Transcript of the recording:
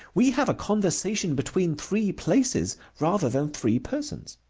we have a conversation between three places rather than three persons.